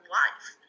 life